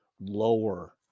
lower